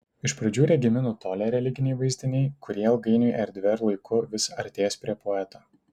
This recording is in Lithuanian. iš pradžių regimi nutolę religiniai vaizdiniai kurie ilgainiui erdve ir laiku vis artės prie poeto